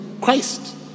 Christ